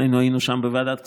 שנינו היינו שם בוועדת כספים,